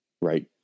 right